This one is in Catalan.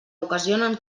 ocasionen